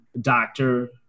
doctor